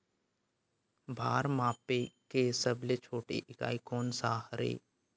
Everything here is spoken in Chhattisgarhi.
भार मापे के सबले छोटे इकाई कोन सा हरे?